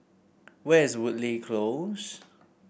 where is Woodleigh Close